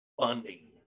funding